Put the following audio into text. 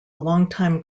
longtime